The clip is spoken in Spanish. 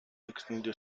extendió